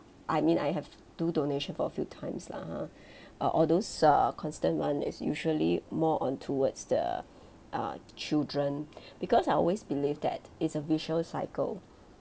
I mean I have do donation for a few times lah !huh! uh all those uh constant one is usually more on towards the uh children because I always believe that it's a vicious cycle